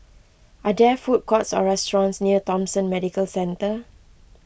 are there food courts or restaurants near Thomson Medical Centre